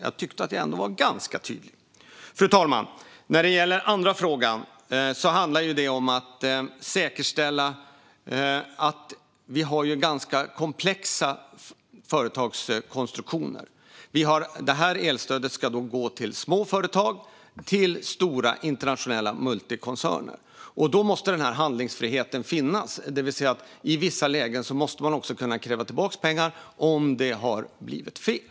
Jag tyckte att jag ändå var ganska tydlig. Fru talman! Den andra frågan handlade om att säkerställa - det finns ju ganska komplexa företagskonstruktioner, och det här elstödet ska gå till både småföretag och stora, internationella multikoncerner - att handlingsfriheten finns, det vill säga att man i vissa lägen måste kunna kräva tillbaka pengar om det har blivit fel.